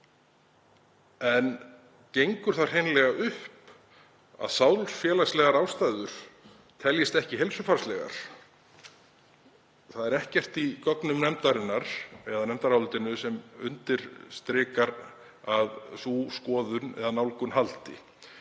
hér er haldið fram, að sálfélagslegar ástæður teljist ekki heilsufarslegar? Það er ekkert í gögnum nefndarinnar eða í nefndarálitinu sem undirstrikar að sú skoðun eða nálgun haldi.